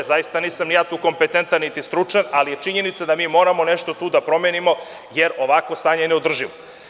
Zaista nisam ni ja tu kompetentan, niti stručan, ali je činjenica da mi moramo nešto tu da promenimo, jer ovakvo stanje je neodrživo.